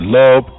love